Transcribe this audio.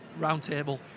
Roundtable